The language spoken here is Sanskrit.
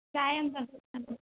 चायं बहु सम्यक्